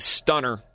stunner